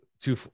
Two